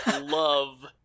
love